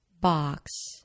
box